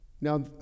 Now